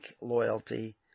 loyalty